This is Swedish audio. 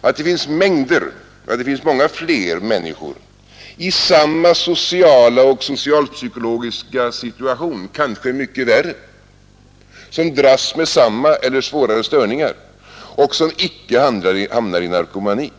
att det finns mängder av människor — ja, många fler — i samma sociala och socialpsykologiska situation, kanske mycket värre, som dras med samma eller svårare störningar och som inte hamnar i narkomani.